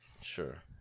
sure